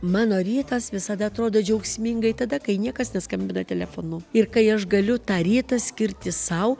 mano rytas visada atrodo džiaugsmingai tada kai niekas neskambina telefonu ir kai aš galiu tą rytą skirti sau